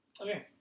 Okay